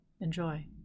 Enjoy